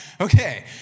Okay